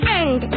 end